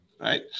Right